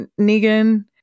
negan